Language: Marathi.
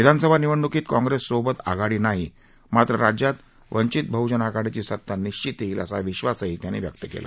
विधानसभा निवडणुकीत काँग्रेससोबत आघाडी नाही मात्र राज्यात वंचित बहजन आघाडीची सत्ता निश्चित येईल असा विश्वासही त्यांनी व्यक्त केला